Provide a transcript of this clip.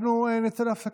אנחנו נצא להפסקה.